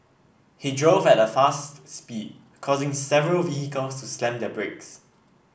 he drove at a fast speed causing several vehicles to slam their brakes